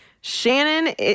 Shannon